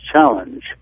challenge